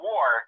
War